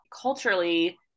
culturally